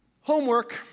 Homework